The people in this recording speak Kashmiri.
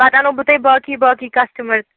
پَتہٕ اَنو بہٕ تۄہہِ باقٕے باقٕے کَسٹٕمر